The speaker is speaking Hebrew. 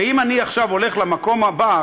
ואם אני עכשיו הולך למקום הבא,